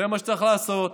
זה מה שצריך לעשות,